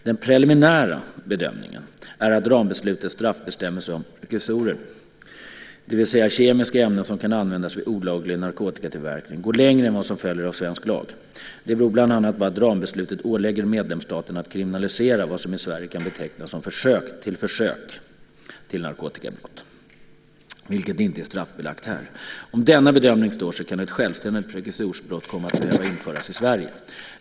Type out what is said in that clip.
Den preliminära bedömningen är att rambeslutets straffbestämmelser om prekursorer, det vill säga kemiska ämnen som kan användas vid olaglig narkotikatillverkning, går längre än vad som följer av svensk lag. Det beror bland annat på att rambeslutet ålägger medlemsstaterna att kriminalisera vad som i Sverige kan betecknas som försök till försök till narkotikabrott, vilket inte är straffbelagt här. Om denna bedömning står sig kan ett självständigt prekursorsbrott komma att behöva införas i Sverige.